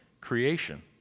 creation